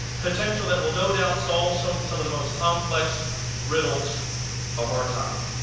potential that will no doubt solve so some of the most complex riddles of our time.